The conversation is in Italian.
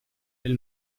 del